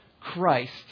Christ